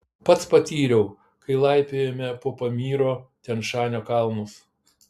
pats patyriau kai laipiojome po pamyro tian šanio kalnus